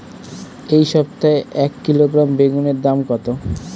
এই সপ্তাহে এক কিলোগ্রাম বেগুন এর দাম কত?